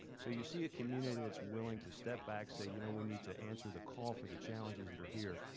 so you see a community that's willing to step back, say you know we need to answer the call for the challenges that are here,